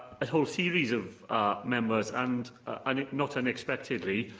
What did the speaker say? a whole series of members, and, and not unexpectedly,